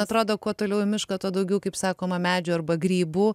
atrodo kuo toliau į mišką tuo daugiau kaip sakoma medžių arba grybų